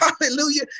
Hallelujah